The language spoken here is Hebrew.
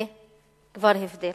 זה כבר הבדל.